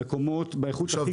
באיכות הכי גבוהה.